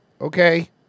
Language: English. Okay